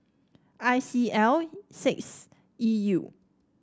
one C L six E U